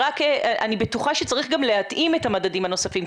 ואני בטוחה שצריך גם להתאים את המדדים הנוספים,